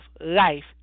life